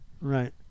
right